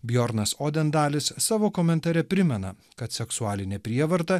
bjornas odendalis savo komentare primena kad seksualinė prievarta